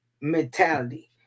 mentality